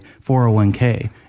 401k